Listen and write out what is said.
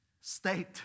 state